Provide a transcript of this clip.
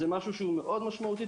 זה משהו מאוד משמעותי,